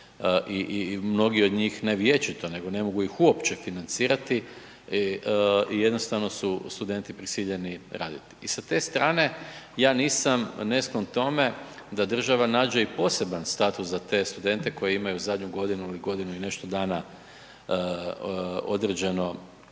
i mnogi od njih, ne vječito nego ne mogu ih uopće financirati i jednostavno su studenti prisiljeni raditi. I sa te strane, ja nisam nesklon tome da država nađe i poseban status za te studente koji imaju zadnju godinu ili godinu i nešto dana određeni